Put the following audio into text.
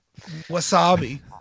Wasabi